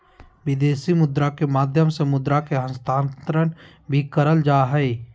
विदेशी मुद्रा के माध्यम से मुद्रा के हस्तांतरण भी करल जा हय